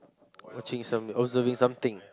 watching some observing something